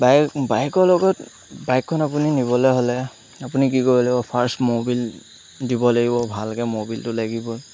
bike বাইকৰ লগত বাইকখন আপুনি নিবলৈ হ'লে আপুনি কি কৰি লাগিব ফাৰ্ষ্ট ম'বিল দিব লাগিব ভালকৈ ম'বিলটো লাগিব